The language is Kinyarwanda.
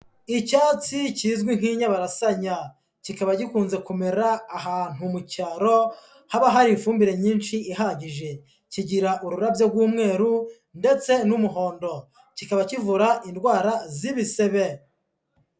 Icyatsi kizwi nk'inyabarashanya, kikaba gikunze kumera ahantu mu cyaro haba hari ifumbire nyinshi ihagije. Kigira ururabyo rw'umweru ndetse n'umuhondo, kikaba kivura indwara z'ibisebe.